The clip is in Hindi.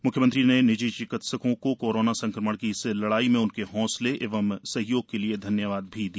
म्ख्यमंत्री ने निजी चिकित्सकों को कोरोना संक्रमण की इस लड़ाई में उनके हौसले एवं सहयोग के लिए धन्यवाद भी दिया